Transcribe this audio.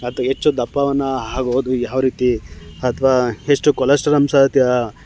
ಅಥ್ವಾ ಹೆಚ್ಚು ದಪ್ಪವನ್ನು ಆಗೋದು ಯಾವ ರೀತಿ ಅಥ್ವಾ ಎಷ್ಟು ಕೊಲೆಸ್ಟ್ರಾಲ್ ಅಂಶ